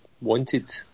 wanted